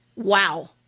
Wow